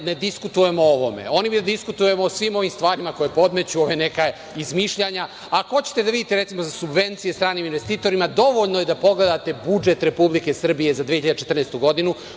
ne diskutujemo o ovome. Oni bi da diskutujemo o svim ovim stvarima koje podmeću, ova neka izmišljanja. Ako hoćete da vidite, recimo, za subvencije stranim investitorima, dovoljno je da pogledate budžet Republike Srbije za 2014. godinu